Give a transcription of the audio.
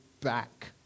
back